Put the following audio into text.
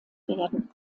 werden